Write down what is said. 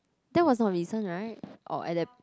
that was not recent right or at that